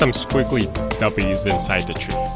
um squiggly w inside the tree.